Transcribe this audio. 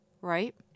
right